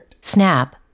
Snap